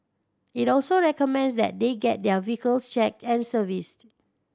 it also recommends that they get their vehicles checked and serviced